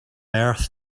earth